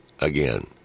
again